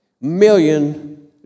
million